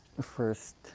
first